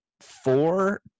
four